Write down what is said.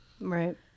Right